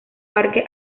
parque